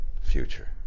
future